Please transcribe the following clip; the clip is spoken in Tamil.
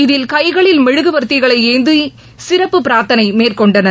இதில் கைகளில் மெழுமுவர்த்திகளை ஏந்தி சிறப்பு பிரார்த்தனை மேற்கொண்டனர்